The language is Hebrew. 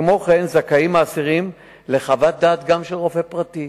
כמו כן, האסירים זכאים גם לחוות דעת של רופא פרטי.